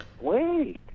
wait